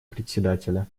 председателя